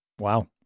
Wow